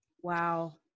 wow